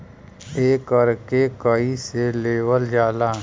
एकरके कईसे लेवल जाला?